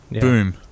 Boom